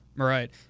Right